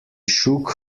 shook